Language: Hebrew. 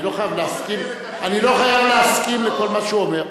אני לא חייב להסכים לכל מה שהוא אומר,